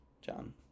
John